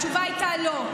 התשובה הייתה: לא,